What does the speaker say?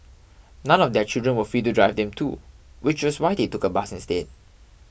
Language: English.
none of their children were free to drive them too which was why they took a bus instead